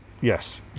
Yes